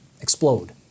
explode